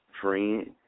friend